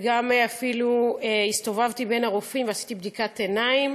וגם אפילו הסתובבתי בין הרופאים ועשיתי בדיקת עיניים,